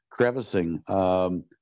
crevicing